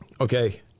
Okay